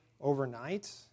overnight